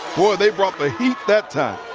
boy, they brought the heat that time.